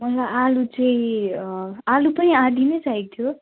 मलाई आलु चाहिँ आलु पनि आधा नै चाहिएको थियो